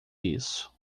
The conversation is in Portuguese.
isso